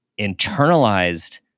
internalized